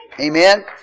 Amen